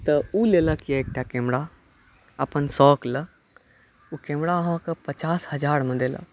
तऽ ओ लेलक यऽ एकटा कैमरा अपन शौक लए ओ कैमरा आहाँके पचास हजार मे देलक